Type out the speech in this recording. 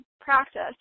practice